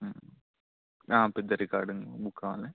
పెద్ద record book కావాలి